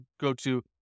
go-to